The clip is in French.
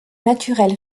naturel